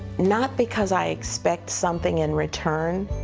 not because i expect something in return,